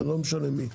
לא משנה מי,